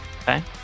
Okay